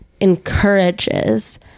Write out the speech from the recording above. encourages